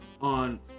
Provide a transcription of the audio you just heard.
on